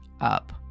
up